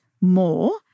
more